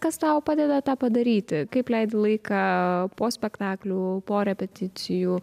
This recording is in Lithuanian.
kas tau padeda tą padaryti kaip leidi laiką po spektaklių po repeticijų